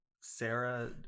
Sarah